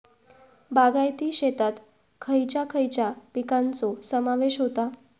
बागायती शेतात खयच्या खयच्या पिकांचो समावेश होता?